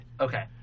Okay